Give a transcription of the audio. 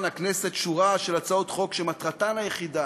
הכנסת שורה של הצעות חוק שמטרתן היחידה